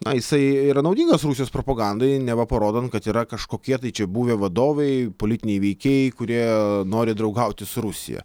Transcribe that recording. na jisai yra naudingas rusijos propagandai neva parodant kad yra kažkokie tai čia buvę vadovai politiniai veikėjai kurie nori draugauti su rusija